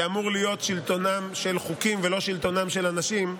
שאמור להיות שלטונם של חוקים ולא שלטונם של אנשים,